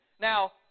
Now